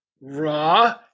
raw